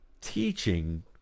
teaching